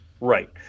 Right